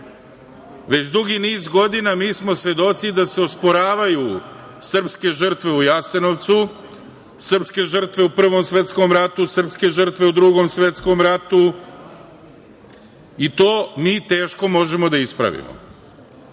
dugi niz godina mi smo svedoci da se osporavaju srpske žrtve u Jasenovcu, srpske žrtve u Prvom svetskom ratu, srpske žrtve u Drugom svetskom ratu i to mi teško možemo da ispravimo,